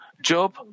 Job